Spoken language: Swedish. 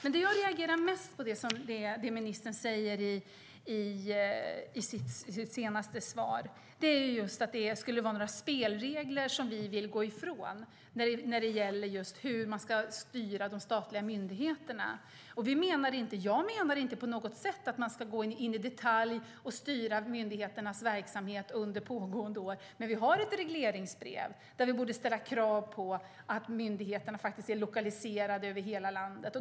Det som jag reagerar mest på i hans senaste inlägg är att det skulle vara några spelregler som vi vill gå ifrån när det gäller just hur man ska styra de statliga myndigheterna. Jag menar inte på något sätt att man ska gå in i detalj och styra myndigheternas verksamhet under pågående år. Men vi har ett regleringsbrev där vi borde ställa krav på att myndigheterna ska lokaliseras över hela landet.